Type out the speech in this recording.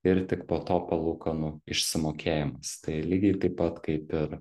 ir tik po to palūkanų išsimokėjimas tai lygiai taip pat kaip ir